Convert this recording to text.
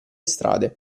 strade